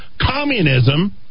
Communism